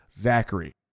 Zachary